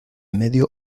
medio